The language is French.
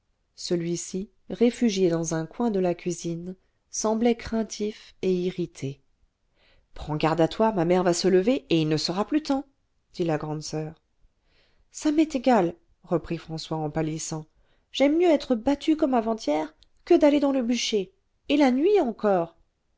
celui-ci réfugié dans un coin de la cuisine semblait craintif et irrité prends garde à toi ma mère va se lever et il ne sera plus temps dit la grande soeur ça m'est égal reprit françois en pâlissant j'aime mieux être battu comme avant-hier que d'aller dans le bûcher et la nuit encore